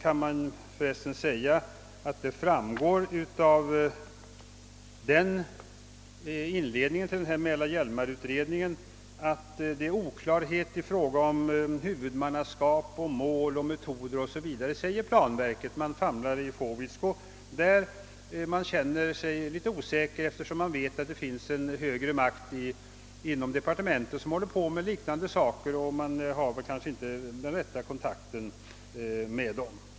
Av inledningen till mälar—hjälmarutredningen framgår att det råder oklarhet i fråga om huvudmannaskap, mål, metoder o.s.v. Man famlar i fåvitsko och känner sig litet osäker eftersom man vet att det finns en högre makt inom departementet som håller på med liknande och övergripande uppgifter, och man har kanske inte den rätta kontakten med departementet.